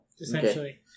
Essentially